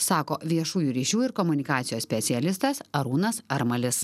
sako viešųjų ryšių ir komunikacijos specialistas arūnas armalis